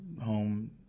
home